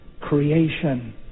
creation